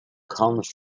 comes